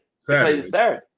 Saturday